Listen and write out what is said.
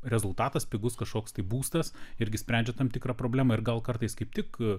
rezultatas pigus kažkoks tai būstas irgi sprendžia tam tikrą problemą ir gal kartais kaip tik